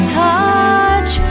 touch